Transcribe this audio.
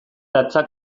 datza